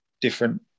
different